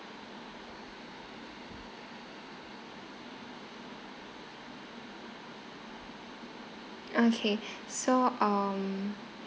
okay so um